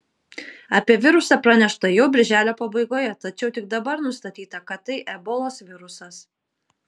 apie virusą pranešta jau birželio pabaigoje tačiau tik dabar nustatyta kad tai ebolos virusas